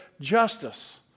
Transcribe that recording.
justice